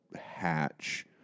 hatch